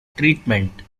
treatment